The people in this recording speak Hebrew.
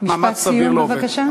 משפט סיום בבקשה.